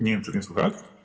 Nie wiem, czy mnie słychać.